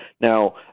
Now